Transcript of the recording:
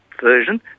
version